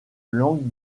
langue